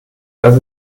das